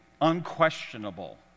unquestionable